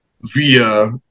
via